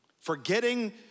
Forgetting